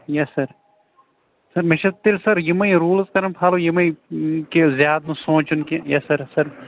یَس sir sir مےٚ چھَ تیٚلہِ سَر یِمےٕ روٗلٕز کَرٕنۍ فالو یِمےَ کہِ زیادٕ نہٕ سونٛچُن کیٚنٛہہ یَس سَر یَس سَر